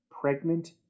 pregnant